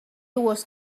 was